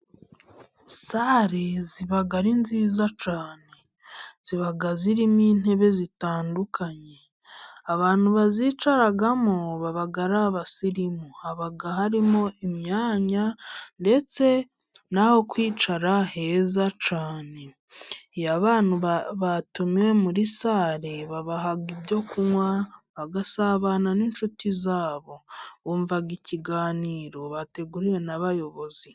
Sale ziba ari nziza cyane. Ziba zirimo intebe zitandukanye abantu bazicaramo baba ari abasirimu. Haba harimo imyanya ndetse n'aho kwicara heza cyane. Iyo abantu batumiwe muri sale, babaha ibyo kunywa bagasabana n'inshuti zabo. Bumva ikiganiro bateguriwe n'abayobozi.